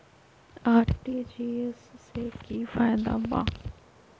RTGS से की की फायदा बा?